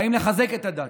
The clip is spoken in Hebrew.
באים לחזק את הדת.